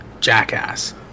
Jackass